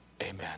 amen